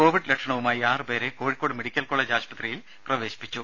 Covid ലക്ഷണവുമായി ആറു പേരെ കോഴിക്കോട് മെഡിക്കൽ കോളജ് ആശുപത്രിയിൽ പ്രവേശിപ്പിച്ചു